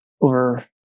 over